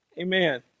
Amen